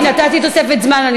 הוספתי, נתתי תוספת זמן.